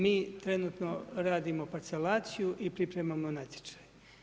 Mi trenutno radimo parcelaciju i pripremamo natječaj.